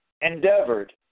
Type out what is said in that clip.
endeavored